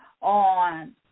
on